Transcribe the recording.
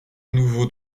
nouveau